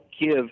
give